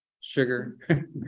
sugar